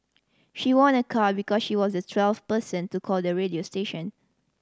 she won a car because she was the twelfth person to call the radio station